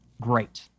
great